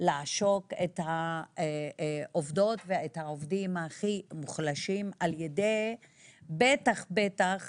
לעשוק את העובדות והעובדים הכי מוחלשים על ידי בטח ובטח